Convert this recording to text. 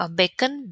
bacon